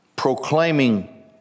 proclaiming